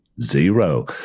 Zero